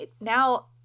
Now